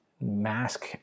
mask